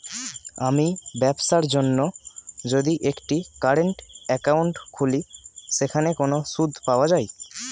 আমি ব্যবসার জন্য যদি একটি কারেন্ট একাউন্ট খুলি সেখানে কোনো সুদ পাওয়া যায়?